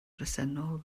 bresennol